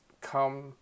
come